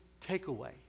takeaway